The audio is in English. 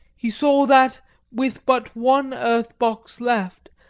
he saw that with but one earth-box left,